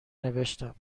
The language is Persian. نوشتم